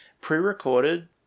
pre-recorded